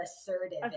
assertive